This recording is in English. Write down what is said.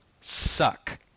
suck